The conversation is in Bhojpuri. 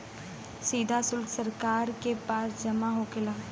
सीधा सुल्क सरकार के पास जमा होखेला